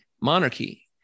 monarchy